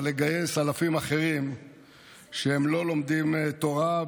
אבל לגייס אלפים אחרים שלא לומדים תורה,